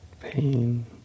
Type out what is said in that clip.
pain